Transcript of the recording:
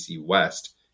West